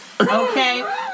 Okay